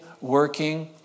working